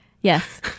Yes